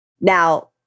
Now